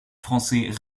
français